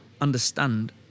understand